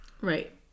Right